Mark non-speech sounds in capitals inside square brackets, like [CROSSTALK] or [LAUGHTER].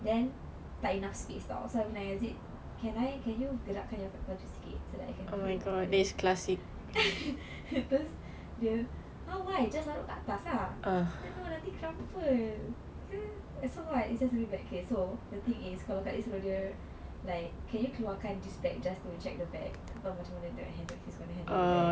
then tak enough space [tau] so long as it can I can you gerakkan your tempat baju sikit so that I can more space [LAUGHS] lepas itu dia how why you just taruh dekat atas lah then no nanti crumple so what it's just a bag case so the thing is kalau kak suruh dia like can you keluarkan this bag just to check the bag I already know how's he handle he's going to handle the bag